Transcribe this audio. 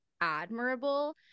admirable